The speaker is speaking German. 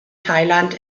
thailand